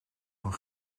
van